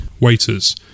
waiters